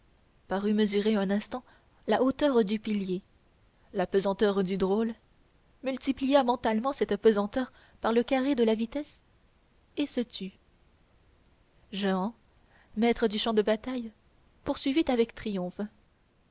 parut mesurer un instant la hauteur du pilier la pesanteur du drôle multiplia mentalement cette pesanteur par le carré de la vitesse et se tut jehan maître du champ de bataille poursuivit avec triomphe